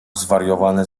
zwariowane